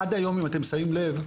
עד היום אם אתם שמים לב,